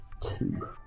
two